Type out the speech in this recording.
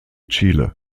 chile